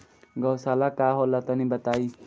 गौवशाला का होला तनी बताई?